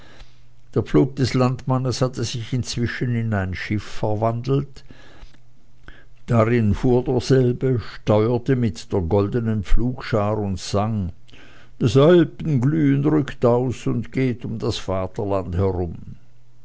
der pflug des landmannes hatte sich inzwischen in ein schiff verwandelt darin fahr derselbe steuerte mit der goldenen pflugschar und sang das alpenglühen rückt aus und geht um das vaterland herum